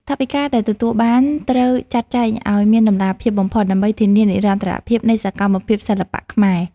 ថវិកាដែលទទួលបានត្រូវចាត់ចែងឱ្យមានតម្លាភាពបំផុតដើម្បីធានានិរន្តរភាពនៃសកម្មភាពសិល្បៈខ្មែរ។